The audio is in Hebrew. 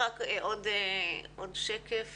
בשקף